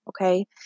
Okay